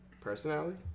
Personality